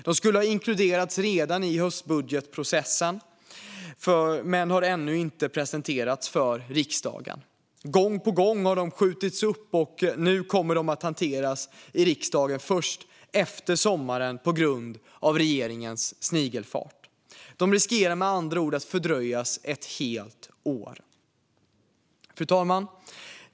De skulle ha inkluderats redan i höstbudgeten men har ännu inte presenterats för riksdagen. Gång på gång har de skjutits upp, och nu kommer de att hanteras i riksdagen först efter sommaren på grund av regeringens snigelfart. De riskerar med andra ord att fördröjas ett helt år. Fru talman!